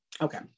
Okay